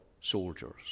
soldiers